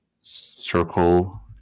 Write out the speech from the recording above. Circle